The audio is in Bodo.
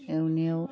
एवनायाव